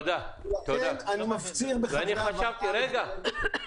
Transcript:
יש לי עוד משפט אחד.